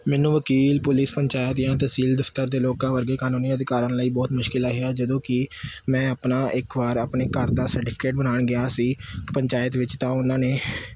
ਮੈਨੂੰ ਵਕੀਲ ਪੁਲਿਸ ਪੰਚਾਇਤ ਜਾਂ ਤਹਿਸੀਲ ਦਫ਼ਤਰ ਦੇ ਲੋਕਾਂ ਵਰਗੇ ਕਾਨੂੰਨੀ ਅਧਿਕਾਰਾਂ ਲਈ ਬਹੁਤ ਮੁਸ਼ਕਿਲ ਆਈ ਹੈ ਜਦੋਂ ਕਿ ਮੈਂ ਆਪਣਾ ਇੱਕ ਵਾਰ ਆਪਣੇ ਘਰ ਦਾ ਸਰਟੀਫਿਕੇਟ ਬਣਾਉਣ ਗਿਆ ਸੀ ਪੰਚਾਇਤ ਵਿੱਚ ਤਾਂ ਉਹਨਾਂ ਨੇ